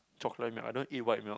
chocolate milk I don't eat white milk